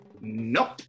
Nope